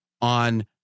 on